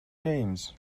james